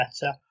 better